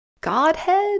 Godhead